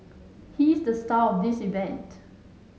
he's the star of this event